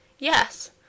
Yes